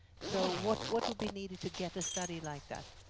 so what what will be needed to get a study like that?